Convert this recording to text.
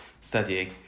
studying